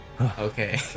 Okay